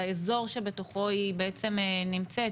לאזור שבתוכו היא בעצם נמצאת,